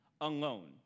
alone